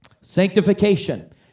sanctification